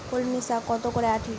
কলমি শাখ কত করে আঁটি?